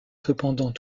cependant